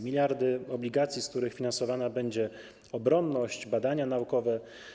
Miliardy obligacji, z których finansowane będą obronność czy badania naukowe.